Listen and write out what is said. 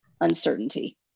uncertainty